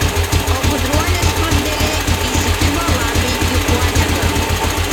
o gudruolė skruzdėlė įsikibo lapei į uodegą